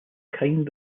kind